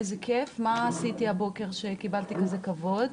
איזה כייף! מה עשיתי הבוקר שקיבלתי כזה כבוד?